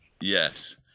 Yes